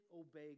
obey